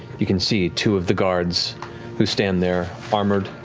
you can see two of the guards who stand there, armored,